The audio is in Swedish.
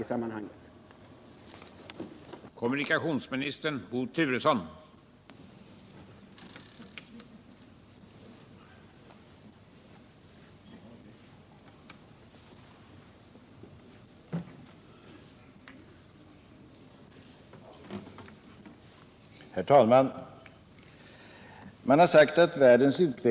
Och jetbränslet saknar bly!